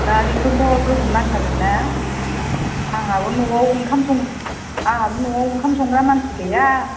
दा बेखौनोथ' गोबाव नांथारगोन ना आंहाबो न'आव ओंखाम संग्रा मानसि गैया